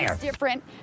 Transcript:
different